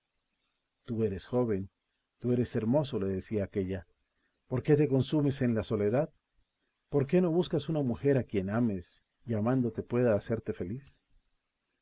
tú eres joven tú eres hermoso le decía aquélla por qué te consumes en la soledad por qué no buscas una mujer a quien ames y amándote pueda hacerte feliz